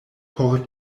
por